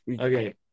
Okay